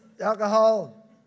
alcohol